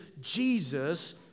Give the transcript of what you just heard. Jesus